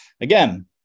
again